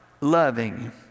loving